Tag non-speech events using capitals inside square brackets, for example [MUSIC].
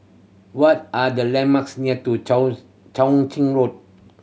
what are the landmarks near to [UNINTELLIGIBLE] Chao Ching Road